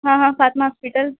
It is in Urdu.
ہاں ہاں فاطمہ ہاسپٹل